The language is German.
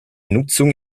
nutzung